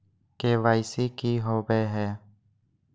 KYC की हॉबे हय?